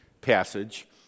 passage